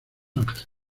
ángeles